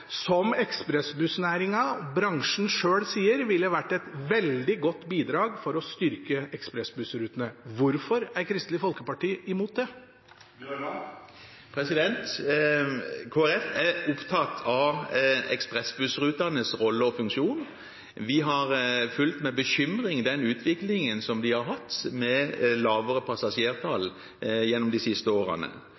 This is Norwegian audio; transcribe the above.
ekspressbussnæringen og bransjen selv sier ville vært et veldig godt bidrag for å styrke ekspressbussrutene. Hvorfor er Kristelig Folkeparti imot det? Kristelig Folkeparti er opptatt av ekspressbussrutenes rolle og funksjon. Vi har fulgt med bekymring den utviklingen vi har hatt med lavere passasjertall